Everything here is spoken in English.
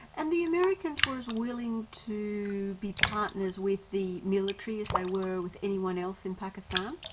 and the americans were as willing to be partners with the military as they were with anyone else in pakistan?